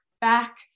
back